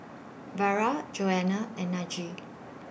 Vara Joanna and Najee